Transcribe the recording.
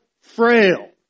frail